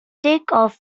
takeoff